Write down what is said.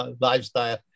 lifestyle